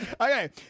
Okay